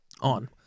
on